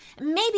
Maybe